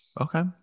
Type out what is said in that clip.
Okay